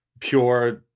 pure